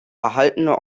erhaltene